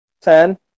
Ten